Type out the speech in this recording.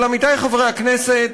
אבל, עמיתי חברי הכנסת,